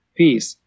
peace